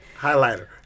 Highlighter